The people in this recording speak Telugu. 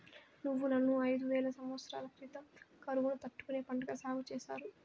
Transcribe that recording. నువ్వులను ఐదు వేల సమత్సరాల క్రితం కరువును తట్టుకునే పంటగా సాగు చేసారు